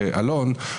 אלון,